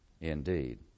indeed